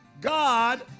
God